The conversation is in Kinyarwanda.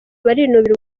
barinubira